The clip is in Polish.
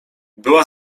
była